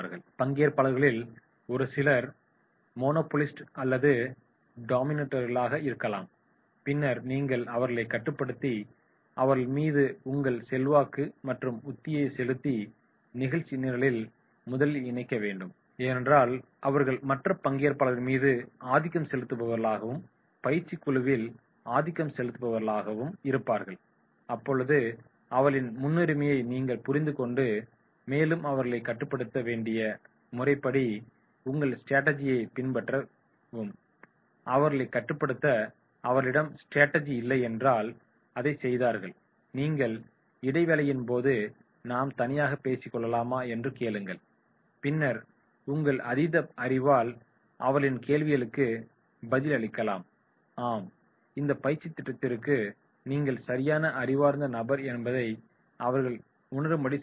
பங்கேற்பாளர்களில் ஒரு சிலர் மோனோபோலிஸ்ட் அல்லது டொமின்டோர்ஸ்லாக இருக்கலாம் பின்னர் நீங்கள் அவர்களைக் கட்டுப்படுத்தி அவர்கள் மீது உங்கள் செல்வாக்கு மற்றும் உத்தியை செலுத்தி நிகழ்ச்சி நிரலில் முதலில் இணைக்க வேண்டும் ஏனென்றால் அவர்கள் மற்ற பங்கேற்பாளர்களின் மீது ஆதிக்கம் செலுத்துபவர்களாகவும் பயிற்சி குழுவில் ஆதிக்கம் செலுத்துபவர்களாகவும் இருப்பார்கள் அப்பொழுது அவர்களின் முன்னுரிமையை நீங்கள் புரிந்து கொண்டு மேலும் அவர்களை கட்டுப்படுத்த வேண்டிய முறைப்படி உங்கள் strategyai பின்பற்றவும் அவர்களை கட்டுப்படுத்த உங்களிடம் strategy இல்லை என்றால் அதைச் செய்யாதீர்கள் பின்னர் இடைவேளையின் போது நாம் தனியாக பேசிக்கொள்ளலாமா" என்று கேளுங்கள் பின்னர் உங்கள் அதீத அறிவால் அவர்களின் கேள்விகளுக்கு பதில் அளிக்கலாம் ஆம் இந்த பயிற்சித் திட்டத்திற்கு நீங்கள் சரியான அறிவார்ந்த நபர் என்பதை அவர்கள் உணரும்படி செய்யுங்கள்